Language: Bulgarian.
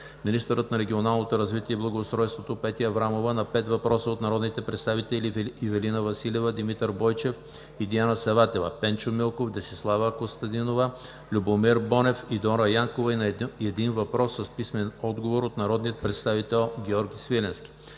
министърът на регионалното развитие и благоустройството Петя Аврамова – на пет въпроса от народните представители Ивелина Василева, Димитър Бойчев и Диана Саватева; Пенчо Милков; Десислава Костадинова-Гушева; Любомир Бонев; и Дора Янкова и на един въпрос с писмен отговор от народния представител Георги Свиленски;